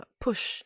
push